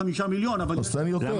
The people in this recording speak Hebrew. אז תן יותר.